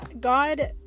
God